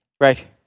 Right